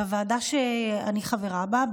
בוועדה שאני חברה בה,